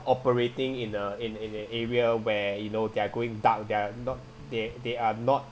operating in a in in a area where you know they're going down there not they they are not